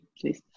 please